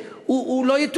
אולי הוא לא רווק?